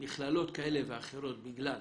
מכללות כאלה ואחרות בגלל